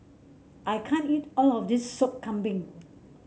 I can't eat all of this Sop Kambing